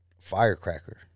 firecracker